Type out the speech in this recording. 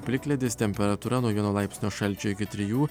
plikledis temperatūra nuo vieno laipsnio šalčio iki trijų